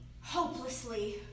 hopelessly